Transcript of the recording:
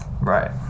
Right